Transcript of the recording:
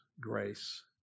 grace